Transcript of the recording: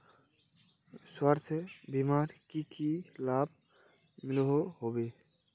स्वास्थ्य बीमार की की लाभ मिलोहो होबे?